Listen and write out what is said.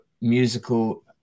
musical